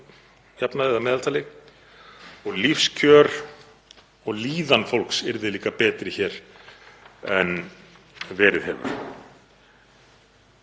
og lífskjör og líðan fólks yrði líka betri hér en verið hefur.